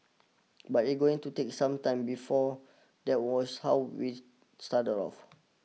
but it's going to take some time before that was how we started off